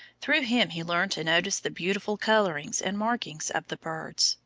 through him he learned to notice the beautiful colourings and markings of the birds,